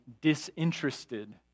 disinterested